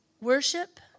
worship